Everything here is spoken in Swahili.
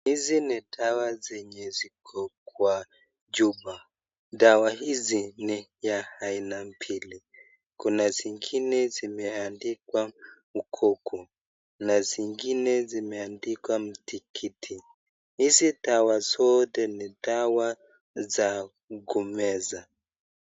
Hizi ni dawa zenye ziko kwa chupa dawa hizi ni ya aina mbili kuna zingine zimeandikwa ukoko na zingine zimeandikwa mtikiti, hizi dawa zote ni dawa za kumeza.